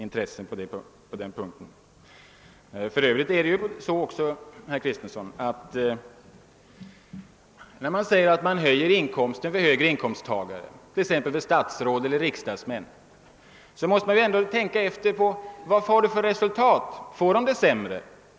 Ni säger, herr Kristenson, att ni höjer skatten för högre inkomsttagare, t.ex. för statsråd och riksdagsmän. Men då måste man ändå tänka på vad det får för resultat. Får dessa det sämre?